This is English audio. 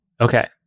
Okay